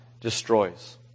destroys